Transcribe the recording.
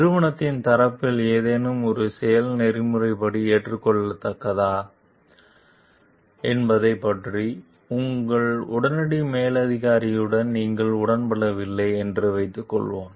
நிறுவனத்தின் தரப்பில் ஏதேனும் ஒரு செயல் நெறிமுறைப்படி ஏற்றுக்கொள்ளத்தக்கதா என்பதைப் பற்றி உங்கள் உடனடி மேலதிகாரியுடன் நீங்கள் உடன்படவில்லை என்று வைத்துக் கொள்வோம்